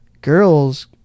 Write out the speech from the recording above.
girls